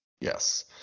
yes